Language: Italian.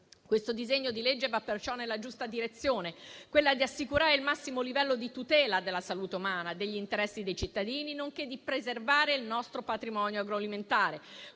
Il disegno di legge in esame va perciò nella giusta direzione, vale a dire quella di assicurare il massimo livello di tutela della salute umana, degli interessi dei cittadini, nonché di preservare il nostro patrimonio agroalimentare